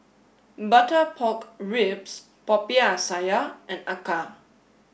butter pork ribs Popiah Sayur and Acar